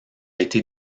été